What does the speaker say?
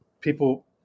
people